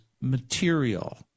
material